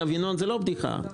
ינון, זאת לא בדיחה.